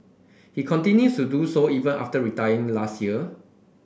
he continues to do so even after retiring last year